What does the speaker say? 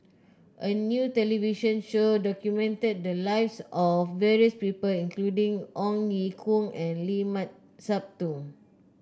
a new television show documented the lives of various people including Ong Ye Kung and Limat Sabtu